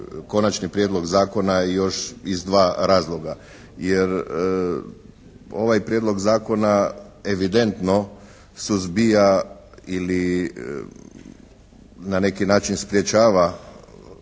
konačni prijedlog zakona još iz dva razloga. Jer ovaj prijedlog zakona evidentno suzbija ili na neki način sprječava